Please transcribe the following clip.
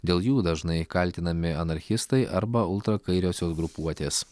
dėl jų dažnai kaltinami anarchistai arba ultrakairiosios grupuotės